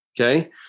okay